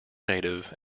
native